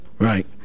Right